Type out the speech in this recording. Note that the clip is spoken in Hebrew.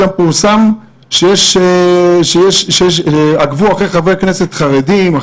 פורסם שעקבו אחרי חברי כנסת חרדיים,